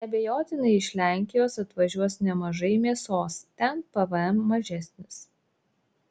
neabejotinai iš lenkijos atvažiuos nemažai mėsos ten pvm mažesnis